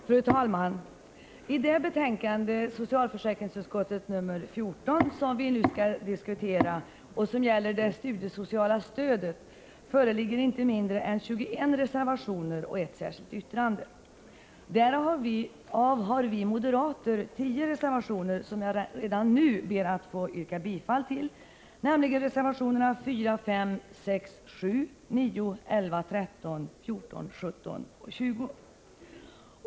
Fru talman! I det betänkande — socialförsäkringsutskottets betänkande 1985/86:14 — som vi nu skall diskutera och som gäller det studiesociala stödet föreligger inte mindre än 21 reservationer och ett särskilt yttrande. Därav har vi moderater 10 reservationer, som jag redan nu ber att få yrka bifall till, nämligen reservationerna 4, 5, 6, 7, 9, 11, 13, 14, 17 och 20.